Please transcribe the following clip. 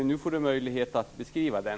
Nu får han möjlighet att beskriva den.